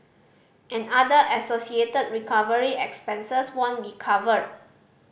and other associated recovery expenses won't be covered